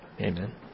Amen